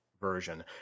version